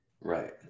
Right